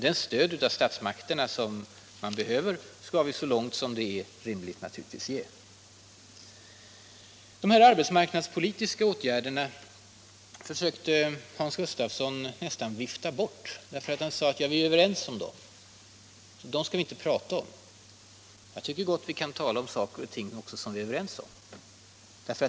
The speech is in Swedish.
Det stöd av statsmakterna som behövs skall vi naturligtvis lämna så långt som det är rimligt. De här arbetsmarknadspolitiska åtgärderna försökte Hans Gustafsson nästan vifta bort. Han sade att vi är överens om dem, så dem skall vi inte prata om. Jag tycker däremot att vi gott kan tala om saker och ting som vi är överens om.